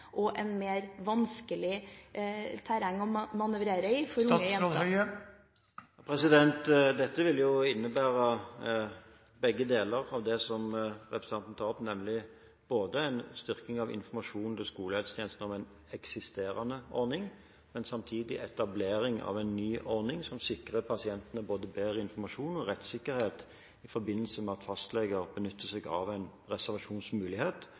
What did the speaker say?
terreng å manøvrere i for unge jenter. Dette vil jo innebære begge deler av det som representanten tar opp, nemlig både en styrking av informasjonen til skolehelsetjenesten om en eksisterende ordning og samtidig etablering av en ny ordning som sikrer pasientene både bedre informasjon og rettssikkerhet i forbindelse med at fastleger benytter seg av en reservasjonsmulighet